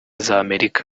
z’amerika